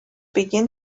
begin